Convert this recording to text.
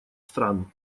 стран